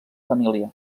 família